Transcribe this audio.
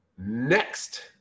Next